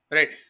Right